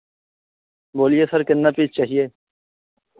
बोलिये सर कितना पीस चाहिए